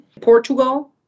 Portugal